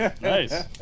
Nice